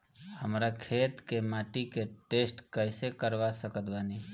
हमरा खेत के माटी के टेस्ट कैसे करवा सकत बानी?